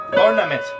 ornament